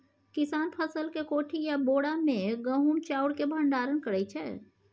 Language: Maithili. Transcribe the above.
किसान फसल केँ कोठी या बोरा मे गहुम चाउर केँ भंडारण करै छै